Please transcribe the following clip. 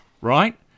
right